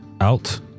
out